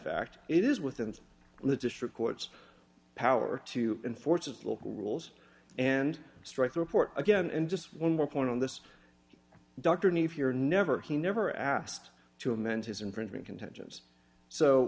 fact it is within the district court's power to enforce its local rules and strike report again and just one more point on this doctrine if you're never he never asked to amend his infringement conten